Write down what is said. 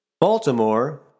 Baltimore